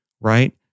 right